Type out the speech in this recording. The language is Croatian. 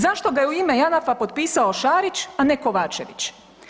Zašto ga je u ime JANAF-a potpisao Šarić, a ne Kovačević?